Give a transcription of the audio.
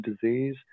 disease